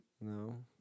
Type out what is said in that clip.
no